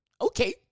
Okay